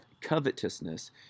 covetousness